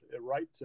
right